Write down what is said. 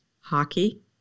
Hockey